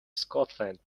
scotland